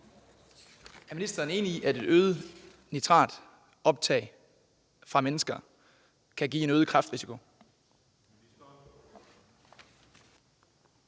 Er ministeren enig i, at et øget nitratoptag hos mennesker kan give en øget kræftrisiko?